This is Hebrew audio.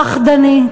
פחדני.